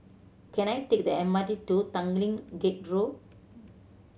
can I take the M R T to Tanglin Gate Road